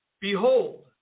Behold